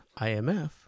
IMF